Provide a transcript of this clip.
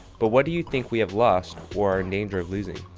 but what do you think we have lost or are in danger of losing?